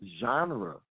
genre